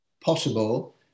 possible